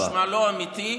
נשמע לא אמיתי,